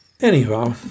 anyhow